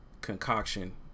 concoction